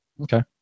Okay